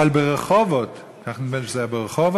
אבל ברחובות, נדמה לי שזה היה ברחובות,